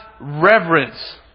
reverence